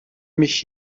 mich